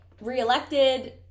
re-elected